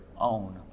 own